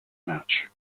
match